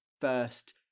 first